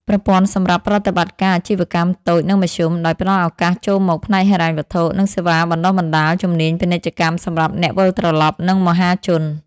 ប្រព័ន្ធសម្រាប់ប្រតិបត្តិការអាជីវកម្មតូច និងមធ្យម ដោយផ្ដល់ឱកាសចូលមកផ្នែកហិរញ្ញវត្ថុ និងសេវាបណ្តុះបណ្តាលជំនាញពាណិជ្ជកម្មសម្រាប់អ្នកវិលត្រឡប់ និងមហាជន។